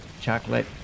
Chocolate